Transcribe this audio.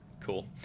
cool